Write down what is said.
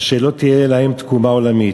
אשר לא תהיה להם תקומה עולמית,